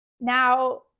now